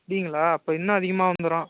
அப்படிங்களா அப்போ இன்னும் அதிகமாக வந்துரும்